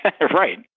Right